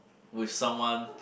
with someone